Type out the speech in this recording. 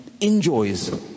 enjoys